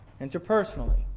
Interpersonally